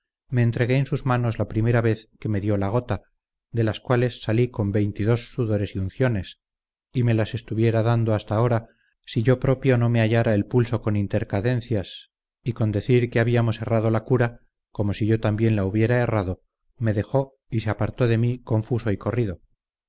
me entregué en sus manos la primera vez que me dió la gota de las cuales salí con veinte y dos sudores y unciones y me las estuviera dando hasta ahora si yo propio no me hallara el pulso con intercadencias y con decir que habíamos errado la cura como si yo también la hubiera errado me dejó y se apartó de mí confuso y corrido